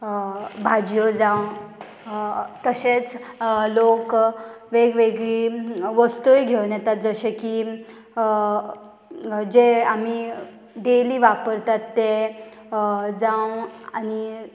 भाजयो जावं तशेंच लोक वेगवेगळी वस्तूय घेवन येतात जशे की जें आमी डेली वापरतात तें जावं आनी